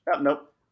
Nope